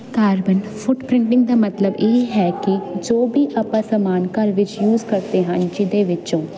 carbon foot printing ਦਾ ਮਤਲਬ ਇਹ ਹੈ ਕਿ ਜੋ ਵੀ ਆਪਾਂ ਸਮਾਨ ਘਰ ਵਿੱਚ ਯੂਜ ਕਰਦੇ ਹਨ ਜਿਹਦੇ ਵਿੱਚੋਂ